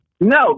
No